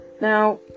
Now